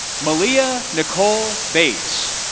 malia nicole bates.